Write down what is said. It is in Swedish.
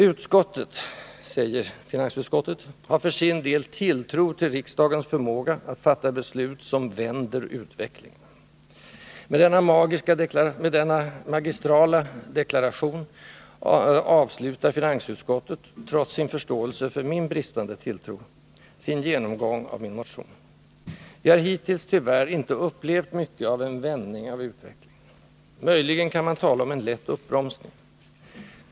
”Utskottet”, säger finansutskottet, ”har för sin del tilltro till riksdagens förmåga att fatta beslut som vänder utvecklingen.” Med denna magistrala deklaration avslutar finansutskottet, trots sin förståelse för min bristande tilltro, sin genomgång av min motion. Vi har hittills tyvärr inte upplevt mycket av en vändning av utvecklingen. Möjligen kan man tala om en lätt uppbromsning.